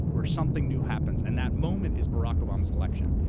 where something new happens, and that moment is barack obama's election.